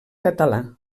català